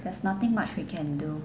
there's nothing much we can do